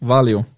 Valeu